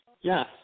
Yes